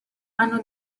hanno